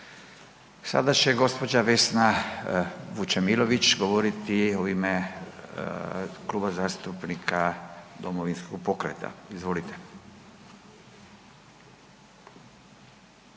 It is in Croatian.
Sada će gđa. Vesna Vučemilović govoriti u ime Kluba zastupnika Domovinskog pokreta, izvolite.